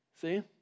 See